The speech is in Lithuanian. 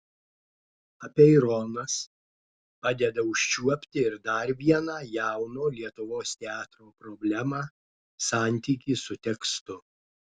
apeironas padeda užčiuopti ir dar vieną jauno lietuvos teatro problemą santykį su tekstu